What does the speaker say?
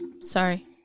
Sorry